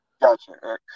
Gotcha